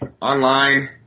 online